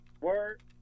Word